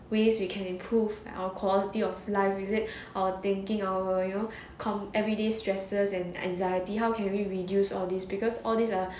ways we can improve our quality of life is it or thinking our you know come everyday stresses and anxiety how can we reduce all this because all these are